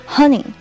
Honey